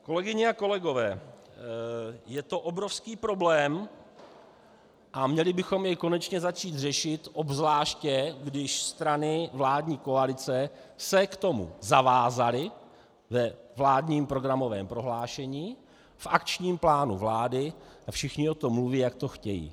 Kolegyně a kolegové, je to obrovský problém a měli bychom jej konečně začít řešit, obzvláště když strany vládní koalice se k tomu zavázaly ve vládním programovém prohlášení, v akčním plánu vlády a všichni o tom mluví, jak to chtějí.